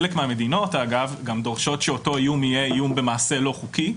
חלק מהמדינות גם דורשות שאותו איום יהיה איום במעשה לא חוקי.